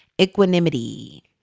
equanimity